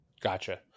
Gotcha